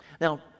Now